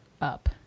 up